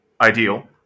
Ideal